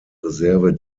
reserve